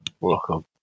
Welcome